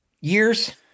years